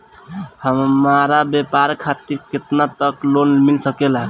हमरा व्यापार खातिर केतना तक लोन मिल सकेला?